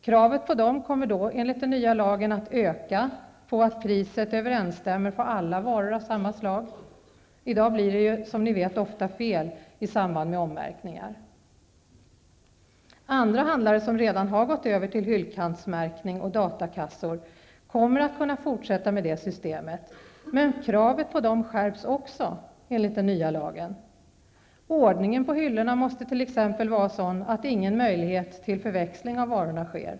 Kraven på dem kommer då enligt den nya lagen att öka när det gäller att priset skall överensstämma på alla varor av samma slag. I dag blir det, som ni vet, ofta fel i samband med ommärkningar. Andra handlare som redan har gått över till hyllkantsmärkning och datakassor, kommer att kunna fortsätta med det systemet. Men kraven på dem skärps också enligt den nya lagen. Ordningen på hyllorna måste t.ex. vara sådan att ingen möjlighet till förväxling av varor finns.